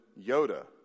Yoda